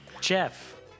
Jeff